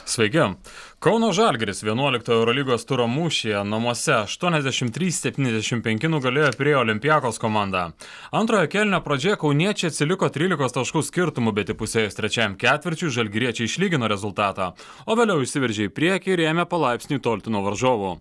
sveiki kauno žalgiris vienuoliktojo eurolygos turo mūšyje namuose aštuoniasdešimt trys septyniasdešimt penki nugalėjo pirėjo olympiakos komandą antrojo kėlinio pradžioje kauniečiai atsiliko trylikos taškų skirtumu bet įpusėjus trečiajam ketvirčiui žalgiriečiai išlygino rezultatą o vėliau išsiveržė į priekį ir ėmė palaipsniui tolti nuo varžovo